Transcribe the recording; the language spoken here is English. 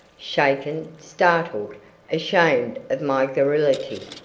shaken, startled, ashamed of my garrulity,